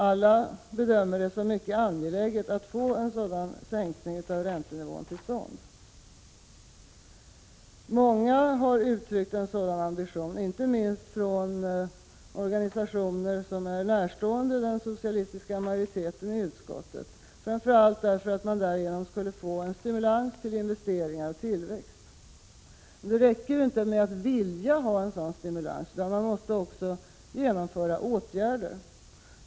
Alla bedömer det som mycket angeläget att få en sådan sänkning av räntenivån till stånd. Många har uttryckt en sådan ambition. Inte minst har man gjort det från organisationer som är närstående den socialistiska majoriteten i utskottet, framför allt därför att man därigenom skulle stimulera investeringar och tillväxt. Men det räcker inte med att vilja ha en sådan stimulans, utan man måste också vidta åtgärder.